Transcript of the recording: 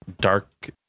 dark